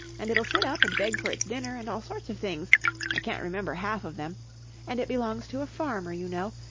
and it'll sit up and beg for its dinner, and all sorts of things i can't remember half of them and it belongs to a farmer, you know,